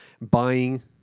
buying